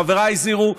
חבריי הזהירו,